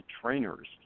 trainers